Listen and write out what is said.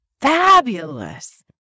Fabulous